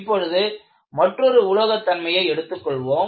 இப்பொழுது மற்றொரு உலோகத் தன்மையை எடுத்துக் கொள்வோம்